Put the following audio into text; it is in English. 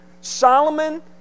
Solomon